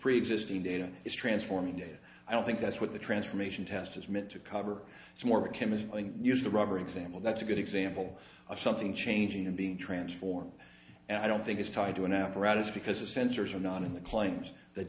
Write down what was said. preexisting data is transforming data i don't think that's what the transformation test is meant to cover it's more of a chemist use the rubber example that's a good example of something changing and being transformed and i don't think it's tied to an apparatus because the sensors are not in the claims th